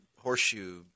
horseshoe